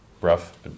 Rough